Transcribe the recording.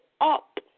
up